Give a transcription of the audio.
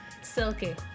Silky